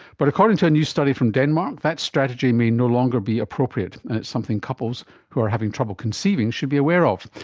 but according to a new study from denmark, that strategy may no longer be appropriate and it's something that couples who are having trouble conceiving should be aware of.